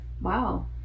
wow